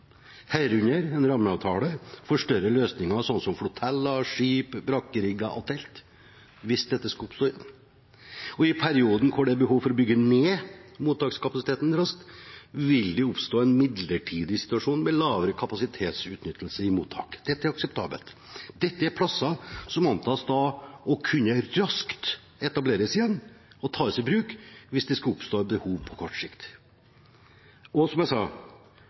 herunder en rammeavtale for større løsninger som f.eks. floteller, skip, brakkerigger og telt, hvis dette skulle oppstå igjen. I perioden hvor det er behov for å bygge ned mottakskapasiteten raskt, vil det oppstå en midlertidig situasjon med lavere kapasitetsutnyttelse i mottakene. Dette er akseptabelt. Dette er plasser som antas å kunne raskt etableres igjen og tas i bruk hvis det skulle oppstå et behov på kort sikt. Som jeg sa,